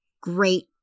great